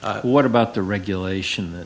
what about the regulation